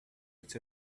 with